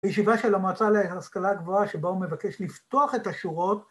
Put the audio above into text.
‫בישיבה של המועצה להשכלה גבוהה ‫שבה הוא מבקש לפתוח את השורות.